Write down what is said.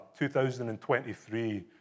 2023